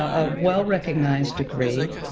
a well-recognized degree,